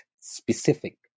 specific